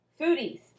Foodies